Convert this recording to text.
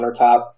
countertop